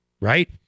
right